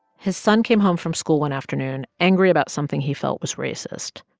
his son came home from school one afternoon angry about something he felt was racist.